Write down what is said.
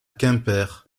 quimper